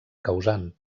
causant